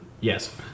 Yes